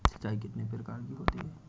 सिंचाई कितनी प्रकार की होती हैं?